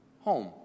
home